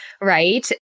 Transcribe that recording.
right